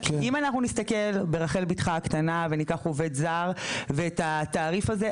אם אנחנו נסתכל ברחל בתך הקטנה וניקח עובד זר ואת התעריף הזה,